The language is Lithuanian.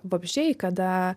vabzdžiai kada